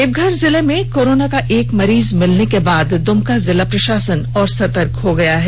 देवघर जिले में कोरोना का एक मरीज मिलने के बाद दुमका जिला प्रषासन और भी सतर्क हो गया है